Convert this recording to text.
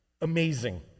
Amazing